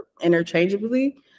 interchangeably